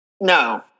No